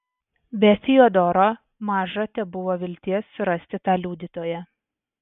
be fiodoro maža tebuvo vilties surasti tą liudytoją